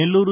Nellore